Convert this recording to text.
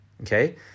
Okay